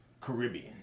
Caribbean